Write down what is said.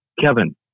Kevin